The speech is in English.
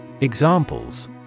Examples